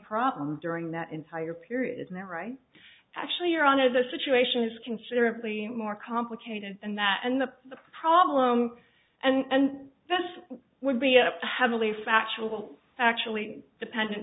problem during that entire period and they're right actually you're on of those situations consider really more complicated than that and the problem and this would be a heavily factual actually dependent